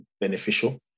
beneficial